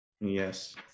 yes